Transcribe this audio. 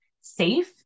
safe